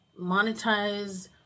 monetize